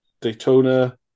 Daytona